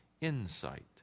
insight